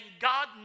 God